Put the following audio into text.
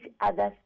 other's